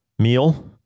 meal